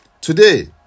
Today